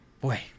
boy